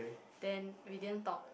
then we didn't talk